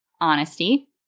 honesty